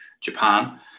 Japan